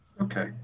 Okay